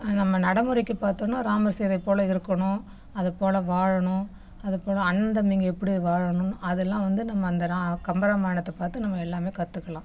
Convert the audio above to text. நம்ம நடைமுறைக்கு பார்த்தோன்னா ராமர் சீதைப் போல இருக்கணும் அதுபோல வாழணும் அது போல அண்ணன் தம்பிங்க எப்படி வாழணும்னு அதெல்லாம் வந்து நம்ம அந்த ரா கம்பராமாயணத்தை பார்த்து நம்ம எல்லாமே கற்றுக்கலாம்